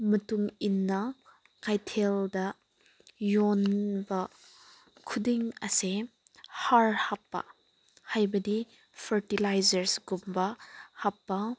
ꯃꯇꯨꯡ ꯏꯟꯅ ꯀꯩꯊꯦꯜꯗ ꯌꯣꯟꯕ ꯈꯨꯗꯤꯡ ꯑꯁꯦ ꯍꯥꯔ ꯍꯥꯞꯄ ꯍꯥꯏꯕꯗꯤ ꯐꯔꯇꯤꯂꯥꯏꯖꯔꯒꯨꯝꯕ ꯍꯥꯞꯄ